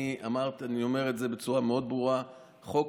אני אומר את זה בצורה ברורה מאוד: החוק,